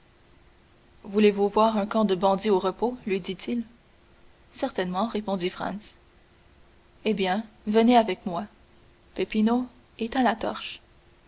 voulez-vous voir un camp de bandits au repos lui dit-il certainement répondit franz eh bien venez avec moi peppino éteins la torche